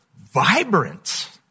vibrant